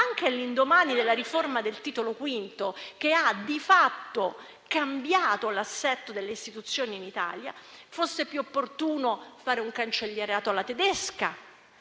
anche all'indomani della riforma del Titolo V, che ha di fatto cambiato l'assetto delle istituzioni in Italia, fosse più opportuno fare un cancellierato alla tedesca,